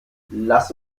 lass